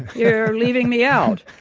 you're leaving me out.